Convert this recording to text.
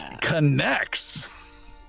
connects